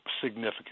significant